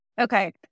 Okay